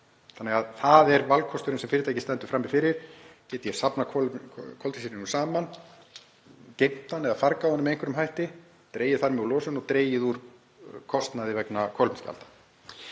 Það er valkosturinn sem fyrirtækið stendur frammi fyrir. Get ég safnað koltvísýringnum saman, geymt hann eða fargað honum með einhverjum hætti, dregið þar með úr losun og dregið úr kostnaði vegna kolefnisgjalda?